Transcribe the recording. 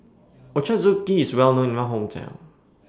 Ochazuke IS Well known in My Hometown